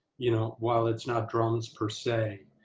you know, while it's not drums per se,